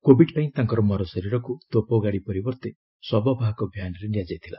Covid ପାଇଁ ତାଙ୍କର ମର ଶରୀରକୁ ତୋପଗାଡ଼ି ପରିବର୍ତ୍ତେ ସବବାହକ ଭ୍ୟାନ୍ରେ ନିଆଯାଇଥିଲା